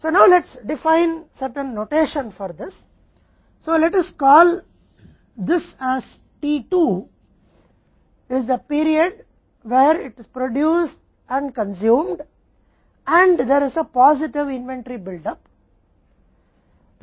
तो अब हम इसके लिए कुछ संकेतन को परिभाषित करते हैं तो चलिए इसे t 2 कहते हैं क्योंकि यह वह अवधि है जहां इसका उत्पादन और उपभोग होता है और एक सकारात्मक सूची निर्माण होता है